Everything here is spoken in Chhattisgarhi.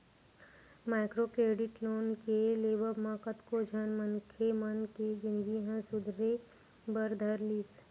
माइक्रो क्रेडिट लोन के लेवब म कतको झन मनखे मन के जिनगी ह सुधरे बर धर लिस